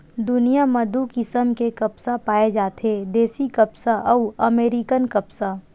दुनिया म दू किसम के कपसा पाए जाथे देसी कपसा अउ अमेरिकन कपसा